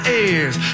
ears